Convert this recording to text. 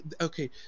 okay